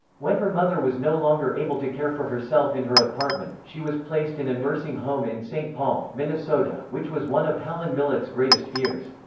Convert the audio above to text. when her mother was no longer able to care for herself in her apartment, she was placed in a nursing home in st. paul, minnesota, which was one of helen millett's greatest fears.